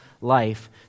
life